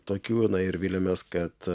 tokių ir viliamės kad